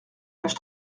page